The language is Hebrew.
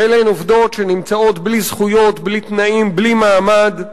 ואלה הן עובדות בלי זכויות, בלי תנאים, בלי מעמד.